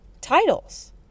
titles